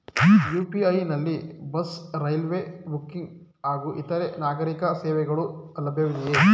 UPI ನಲ್ಲಿ bus, railway booking ಹಾಗೂ ಇತರೆ ನಾಗರೀಕ ಸೇವೆಗಳು ಲಭ್ಯವಿದೆಯೇ?